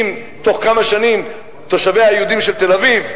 אם בתוך כמה שנים תושביה היהודים של תל-אביב,